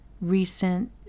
recent